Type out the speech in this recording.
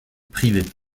privés